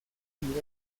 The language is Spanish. nivel